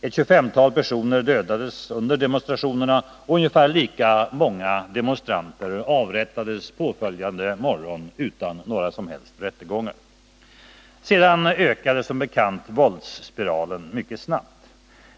Ett tjugofemtal personer dödades under demonstrationerna och ungefär lika många demonstranter avrättades påföljande morgon utan några som helst rättegångar. Sedan ökade som bekant våldet mycket snabbt.